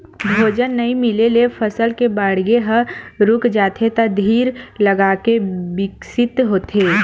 भोजन नइ मिले ले फसल के बाड़गे ह रूक जाथे त धीर लगाके बिकसित होथे